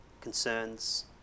concerns